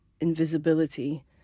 invisibility